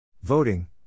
Voting